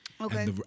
Okay